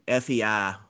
FEI